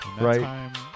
Right